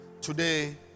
Today